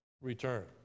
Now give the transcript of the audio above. return